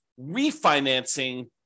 refinancing